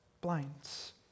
blinds